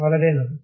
വളരെയധികം നന്ദി